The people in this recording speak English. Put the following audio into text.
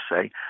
say